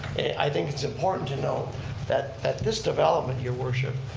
i think it's important to note that that this development, your worship,